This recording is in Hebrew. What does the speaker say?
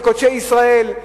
בקודשי ישראל,